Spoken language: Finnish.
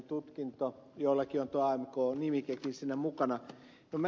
joillakin on tuo amk nimikekin siinä mukana